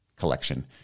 collection